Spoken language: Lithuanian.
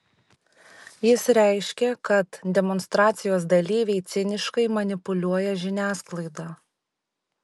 jis reiškė kad demonstracijos dalyviai ciniškai manipuliuoja žiniasklaida